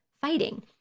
fighting